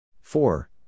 Four